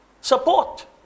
Support